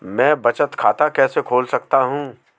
मैं बचत खाता कैसे खोल सकता हूँ?